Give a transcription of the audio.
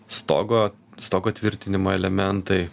stogo stogo tvirtinimo elementai